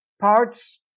parts